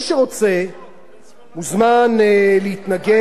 מוזמן להתנגד, אני לא יודע מאיזה נימוקים,